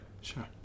Sure